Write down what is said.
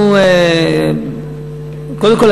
קודם כול,